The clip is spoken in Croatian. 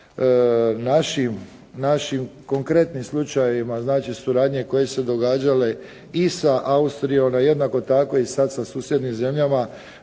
našim konkretni slučajevima znači suradnje koji su se događale i sa Austrijom i jednako tako i sada sa susjednim zemljama